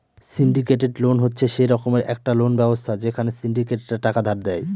syndicated loan হচ্ছে সে রকমের একটা লোন ব্যবস্থা যেখানে সিন্ডিকেটরা টাকা ধার দেয়